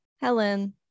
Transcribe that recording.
Helen